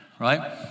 Right